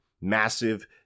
massive